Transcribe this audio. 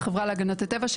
החברה להגנת הטבע,